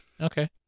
Okay